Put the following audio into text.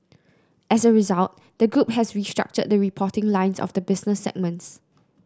as a result the group has restructured the reporting lines of the business segments